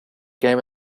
game